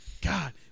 God